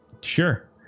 Sure